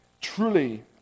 Truly